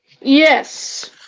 Yes